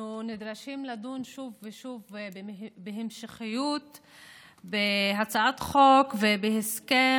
אנחנו נדרשים לדון שוב ושוב בהמשכיות בהצעת חוק ובהסכם